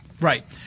Right